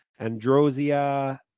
Androsia